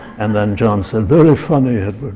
and then john said, very funny, edward,